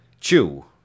Chew